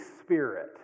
spirit